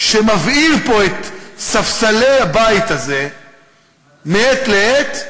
שמבעיר פה את ספסלי הבית הזה מעת לעת,